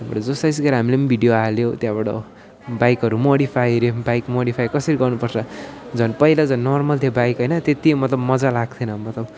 हाम्रो जोस् आइसकेर हामीले पनि भिडियो हाल्यौँ त्यहाँबाट बाइकहरू मोडिफाई बाइक मोडिफाई कसरी गर्नुपर्छ झन् पहिला झन् नर्मल थियो बाइक होइन त्यति हो मतलब मजा लाग्थिएन मतलब